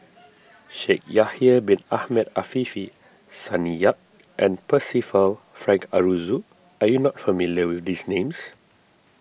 Shaikh Yahya Bin Ahmed Afifi Sonny Yap and Percival Frank Aroozoo you are not familiar with these names